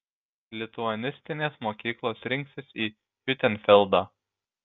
lituanistinės mokyklos rinksis į hiutenfeldą